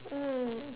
mm